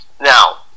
Now